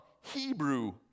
Hebrew